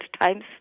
times